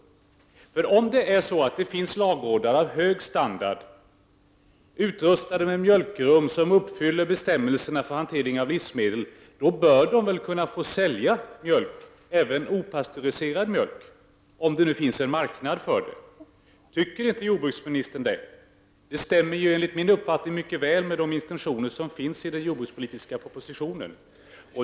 Om det finns ladugårdar av hög standard, utrustade med mjölkrum som uppfyller bestämmelserna för hantering av livsmedel, bör väl även opastöriserad mjölk få säljas, om det finns en marknad för den? Tycker inte jordbruksministern det? Det stämmer enligt min uppfattning mycket väl med de intentioner som finns i den jordbrukspolitiska propositionen.